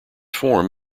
form